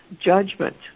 judgment